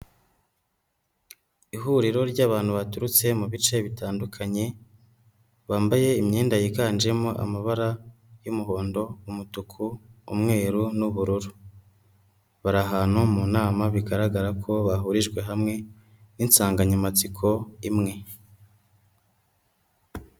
Ihuriro ryabantu baturutse mu bice bitandukanye, bambaye imyenda yiganjemo amabara y'umuhondo, umutuku, umweru n'ubururu. Bari ahantu mu nama bigaragara ko bahurijwe hamwe n'insanganyamatsiko imwe.